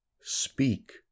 speak